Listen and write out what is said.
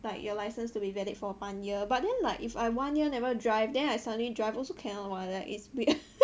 like your license to be valid for one year but then like if I one year never drive then I suddenly drive also cannot [what] like it's weird